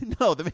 No